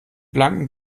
blanken